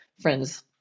friends